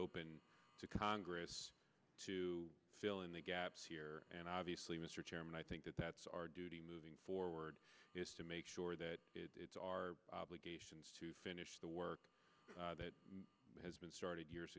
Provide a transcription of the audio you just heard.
open to congress to fill in the gaps here and obviously mr chairman i think that that's our duty moving forward is to make sure that it's our obligations to finish the work that has been started years